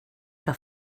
que